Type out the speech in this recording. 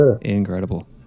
incredible